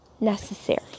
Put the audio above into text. necessary